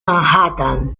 manhattan